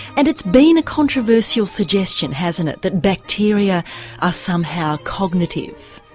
and it's been controversial suggestion, hasn't it, that bacteria are somehow cognitive.